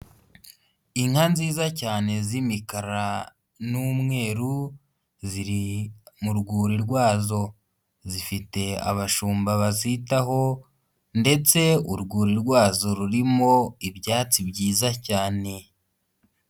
Inka nziza cyane z'imikara n'umweru ziri mu rwuri rwazo, zifite abashumba bazitaho ndetse urwuri rwazo rurimo ibyatsi byiza cyane.